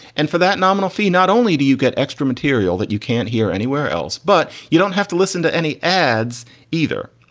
and for that nominal fee, not only do you get extra material that you can't hear anywhere else, but you don't have to listen to any ads either.